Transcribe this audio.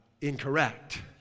Incorrect